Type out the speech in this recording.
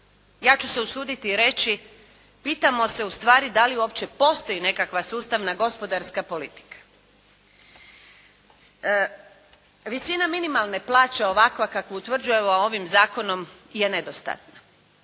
Ja ću se usuditi reći, pitamo se ustvari da li uopće postoji nekakva sustavna gospodarska politika? Visina minimalne plaće ovakva kakvu utvrđujemo ovim zakonom je nedostatna.